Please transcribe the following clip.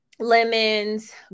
Lemons